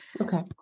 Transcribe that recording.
Okay